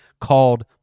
called